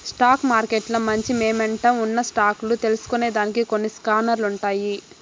stock మార్కెట్ల మంచి momentum ఉన్న స్టాక్ లు తెల్సుకొనేదానికి కొన్ని స్కానర్లుండాయి